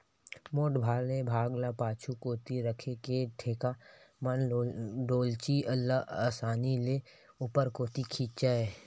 मोठ वाले भाग ल पाछू कोती रखे के टेंड़ा म डोल्ची ल असानी ले ऊपर कोती खिंचय